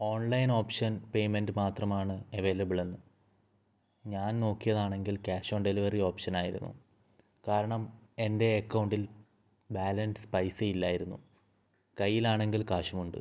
online option payment option മാത്രമാണ് available എന്ന് ഞാൻ നോക്കിയതാണെങ്കിൽ ക്യാഷ് ഓൺ ഡെലിവറി ഓപ്ഷൻ ആയിരുന്നു കാരണം എൻ്റെ അക്കൗണ്ടിൽ ബാലൻസ് പൈസ ഇല്ലായിരുന്നു കയ്യിലാണെങ്കിൽ കാശുമുണ്ട്